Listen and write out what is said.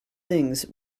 things